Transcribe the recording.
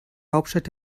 hauptstadt